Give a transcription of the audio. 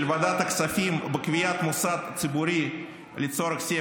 ועדת הכספים בקביעת מוסד ציבורי לצורך סעיף